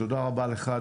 תודה רבה לך,